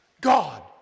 God